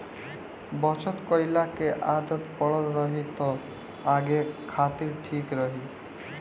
बचत कईला के आदत पड़ल रही त आगे खातिर ठीक रही